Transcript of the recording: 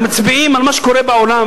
הם מצביעים על מה שקורה בעולם,